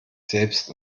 selbst